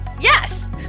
yes